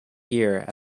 year